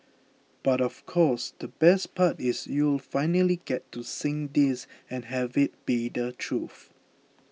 but of course the best part is you'll finally get to sing this and have it be the truth